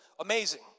amazing